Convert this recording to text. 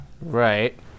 Right